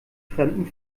fremden